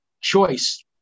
choice